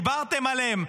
דיברתם עליהם?